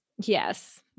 Yes